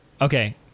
okay